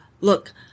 look